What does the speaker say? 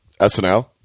SNL